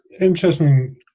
Interesting